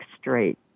straight